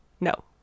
no